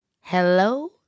Hello